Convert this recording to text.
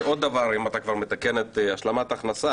ועוד דבר אם אתה כבר מתקן את השלמת ההכנסה,